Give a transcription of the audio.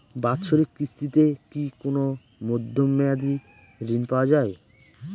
বাৎসরিক কিস্তিতে কি কোন মধ্যমেয়াদি ঋণ পাওয়া যায়?